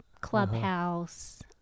clubhouse